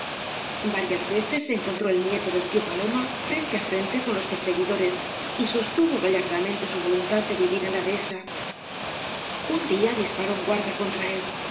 varias veces se encontró el nieto del tío paloma frente á frente con los perseguidores y sostuvo gallardamente su voluntad de vivir en la dehesa un día disparó un guarda contra él